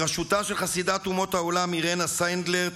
בראשותה של חסידת אומות העולם אירנה סנדלר,